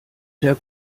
der